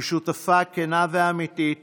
היא שותפה כנה ואמיתית